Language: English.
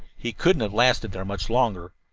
he couldn't have lasted there much longer.